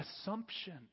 assumption